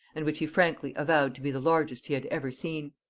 and which he frankly avowed to be the largest he had ever seen.